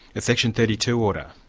a section thirty two order?